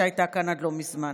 שהייתה כאן עד לא מזמן.